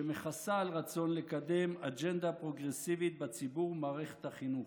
שמכסה על רצון לקדם אג'נדה פרוגרסיבית בציבור ובמערכת החינוך.